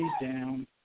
down